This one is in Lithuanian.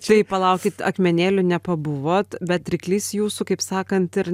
tai palaukit akmenėliu nepabuvot bet ryklys jūsų kaip sakant ir